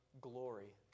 glory